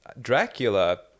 Dracula